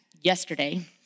yesterday